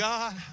God